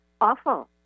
awful